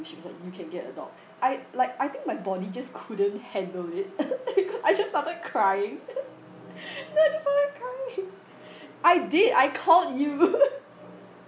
she was like you can get a dog I like I think my body just couldn't handle it I just started crying then I just started crying I did I called you